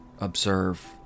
observe